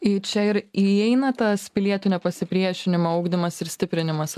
į čia ir įeina tas pilietinio pasipriešinimo ugdymas ir stiprinimas